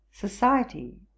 society